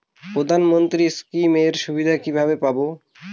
প্রধানমন্ত্রী স্কীম এর সুবিধা কিভাবে পাবো?